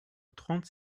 trente